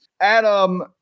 Adam